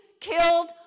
killed